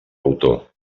autor